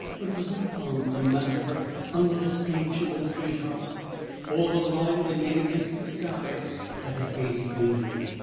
but it was not upon the mass of undistinguishable tree-tops or the line they made against the sky that his gaze lingered.